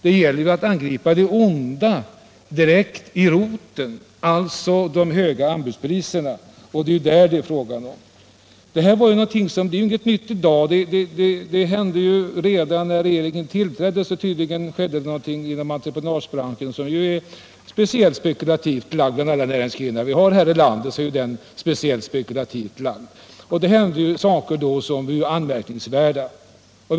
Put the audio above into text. Det gäller att angripa roten till det onda, alltså de höga anbudspriserna. Detta är inte något nytt för dagen. Redan när regeringen tillträdde skedde det tydligen någonting inom entreprenadbranschen, som är en särskilt spekulativt inriktad näringsgren. Det hände anmärkningsvärda saker.